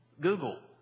Google